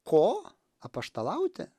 ko apaštalauti